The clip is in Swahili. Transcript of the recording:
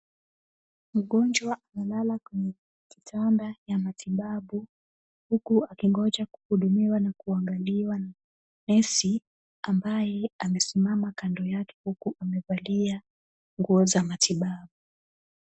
Mgonjwa amelala kwenye kitanda ya matibabu huku akingoja kuhudumiwa na kuangaliwa na nesi ambaye amesimama kando yake huku amevalia nguo za matibabu.